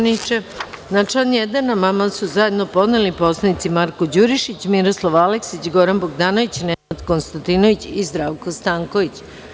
Na član 1. amandman su zajedno podneli narodni poslanici Marko Đurišić, Miroslav Aleksić, Goran Bogdanović, Nenad Konstantinović i Zdravko Stanković.